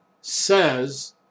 says